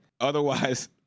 Otherwise